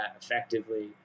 effectively